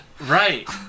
Right